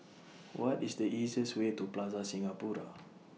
What IS The easiest Way to Plaza Singapura